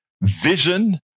vision